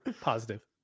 Positive